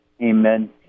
Amen